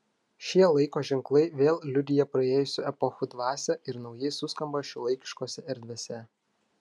šie laiko ženklai vėl liudija praėjusių epochų dvasią ir naujai suskamba šiuolaikiškose erdvėse